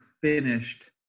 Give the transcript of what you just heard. finished